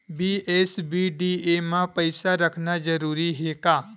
BSBDA मा पईसा रखना जरूरी हे का?